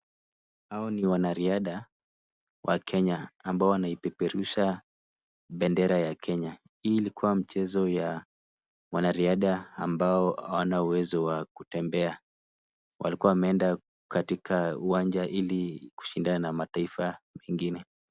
Hao ni wanariadha, wa Kenya wakipeperusha bendera ya kenya. Hii ilikuwa mchezo ya wanariadha ambao hawana uwezo wa kutembea. Walikuwa wameenda katika uwanja ili kushindana na mataifa mengine.